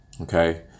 Okay